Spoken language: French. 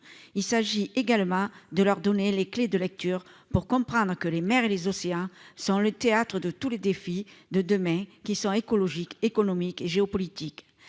il s'agit également de leur donner les clés de lecture pour comprendre que les mers et les océans sont le théâtre de tous les défis de demain qui sont écologiques, économiques et géopolitiques,